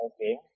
Okay